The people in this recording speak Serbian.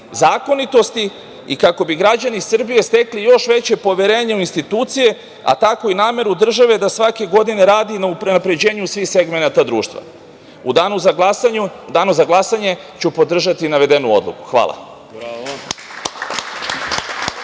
zakonitosti i kako bi građani Srbije stekli još veće poverenje u institucije, a tako i nameru države da svake godine radi na unapređenju svih segmenata društva.U danu za glasanje ću podržati navedenu odluku. Hvala.